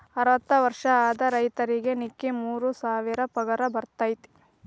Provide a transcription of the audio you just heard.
ಅರ್ವತ್ತ ವರ್ಷ ಆದ ರೈತರಿಗೆ ನಿಕ್ಕಿ ಮೂರ ಸಾವಿರ ಪಗಾರ ಬರ್ತೈತಿ